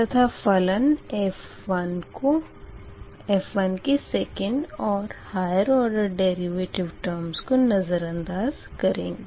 तथा फलन f1 की सेकंड और हायर ऑडर डेरिवेटिव टेर्म्स को नज़रअंदाज़ करेंगे